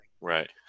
Right